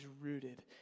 rooted